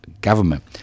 government